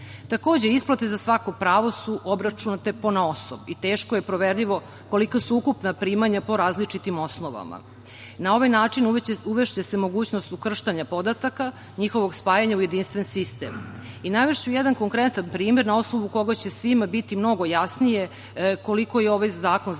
Takođe, isplate za svako pravo su obračunate ponaosob i teško je proverljivo kolika su ukupna primanja po različitim osnovama. Na ovaj način uvešće se mogućnost ukrštanja podataka, njihovog spajanja u jedinstven sistem. Navešću jedan konkretan primer, a na osnovu koga će svima biti mnogo jasnije koliko je ovaj zakon značajan